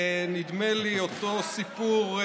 נדמה לי, אותו סיפור,